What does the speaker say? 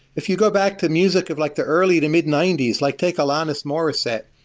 if you go back to music of like the early to mid ninety s, like take alanis morissette.